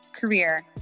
career